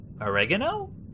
oregano